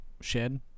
shed